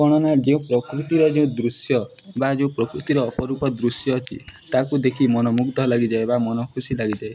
କ'ଣ ନା ଯେଉଁ ପ୍ରକୃତିର ଯୋଉ ଦୃଶ୍ୟ ବା ଯୋଉ ପ୍ରକୃତିର ଅପରୂପ ଦୃଶ୍ୟ ଅଛି ତାକୁ ଦେଖି ମନ ମୁଗ୍ଧ ଲାଗିଯାଏ ବା ମନ ଖୁସି ଲାଗିଯାଏ